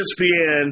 ESPN